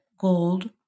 gold